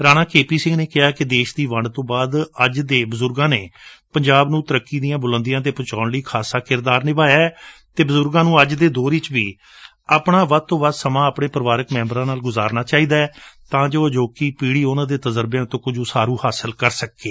Rana K P Singh ਨੇ ਕਿਹਾ ਕਿ ਦੇਸ਼ ਦੀ ਵੰਡ ਤੋਂ ਬਾਅਦ ਅੱਜ ਦੇ ਬਜੂਰਗਾਂ ਨੇ ਪੰਜਾਬ ਨੇੰ ਤਰੱਕੀ ਦੀਆਂ ਬੁਲੰਦੀਆਂ ਤੇ ਪਹੁਚਾਉਣ ਲਈ ਖਾਸਾ ਕਿਰਦਾਰ ਨਿਭਾਇਐ ਅਤੇ ਬਜੁਰਗਾਂ ਨੂੰ ਅੱਜ ਦੇ ਦੌਰ ਵਿਚ ਆਪਣਾ ਵਧ ਤੋਂ ਵੱਧ ਸਮਾਂ ਆਪਣੇ ਪਰਿਵਾਰਕ ਮੈਂਬਰਾਂ ਨਾਲ ਗੁਜ਼ਾਰਨਾ ਚਾਹੀਦੈ ਤਾਂ ਜੋ ਅਜੌਕੀ ਪੀੜੀ ਉਨੂਂ ਦੇ ਤਜ਼ਰਬਿਆਂ ਤੋਂ ਕੁਝ ਉਸਾਰੁ ਹਾਸਲ ਕਰ ਸਕੇ